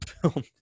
film